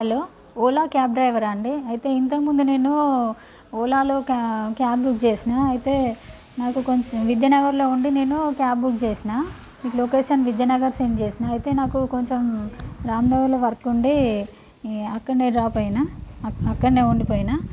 hello Ola cab డ్రైవరా అండి అయితే ఇంతకముందు నేను ఓలాలో క్యాబ్ బుక్ చేసినా అయితే నాకు కొంచెం విద్యానగర్లో ఉండి నేను క్యాబ్ బుక్ చేసినా మీకు లొకేషన్ విద్యానగర్ సెండ్ చేసినా అయితే నాకు కొంచెం రాంనగర్లో వర్క్ ఉండి అక్కడనే డ్రాప్ అయినా అక్కడనే ఉండిపోయినా